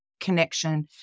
connection